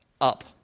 up